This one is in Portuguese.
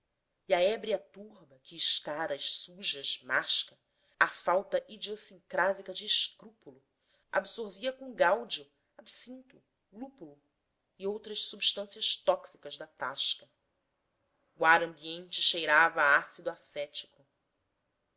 e a ébria turba que escaras sujas masca à falta idiossincrásica de escrúpulo absorvia com gáudio absinto lúpulo e outras substâncias tóxicas da tasca o ar ambiente cheirava a ácido acético